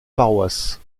paroisse